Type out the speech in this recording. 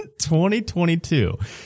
2022